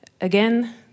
again